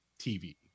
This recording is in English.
TV